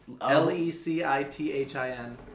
L-E-C-I-T-H-I-N